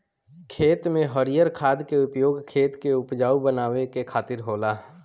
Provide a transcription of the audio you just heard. खेत में हरिर खाद के उपयोग खेत के उपजाऊ बनावे के खातिर होला